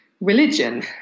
religion